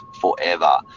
forever